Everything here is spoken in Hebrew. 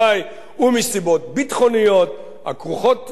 ומסיבות ביטחוניות הכרוכות זו בזו.